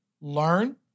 learn